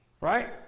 right